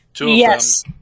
Yes